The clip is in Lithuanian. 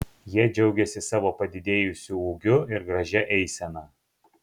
jie džiaugėsi savo padidėjusiu ūgiu ir gražia eisena